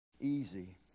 easy